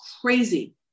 crazy